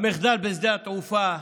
על המחדל בשדה התעופה.